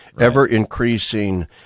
ever-increasing